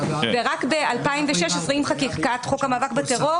ורק ב-2006 עם חקיקת חוק המאבק בטרור,